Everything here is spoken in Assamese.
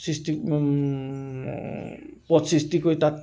সৃষ্টি পদ সৃষ্টি কৰি তাত